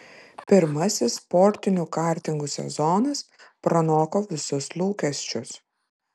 pirmasis sportinių kartingų sezonas pranoko visus lūkesčius